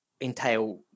entail